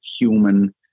human